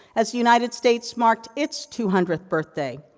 as united states marked its two hundredth birthday.